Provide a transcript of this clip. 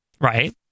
Right